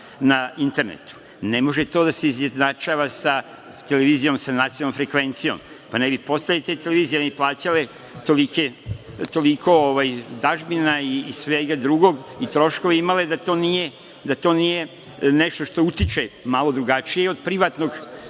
na internetu. Ne može to da se izjednačava sa televizijom sa nacionalnom frekvencijom, pa ne bi postojale te televizije, ne bi plaćale toliko dažbina, troškova i svega drugog, da to nije nešto što utiče malo drugačije od privatnog